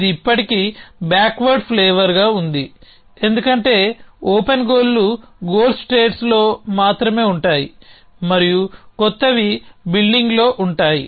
ఇది ఇప్పటికీ backward flavour గా ఉంది ఎందుకంటే ఓపెన్ గోల్లు గోల్స్ స్టేట్లో మాత్రమే ఉంటాయి మరియు కొత్తవి బిల్డింగ్లో ఉంటాయి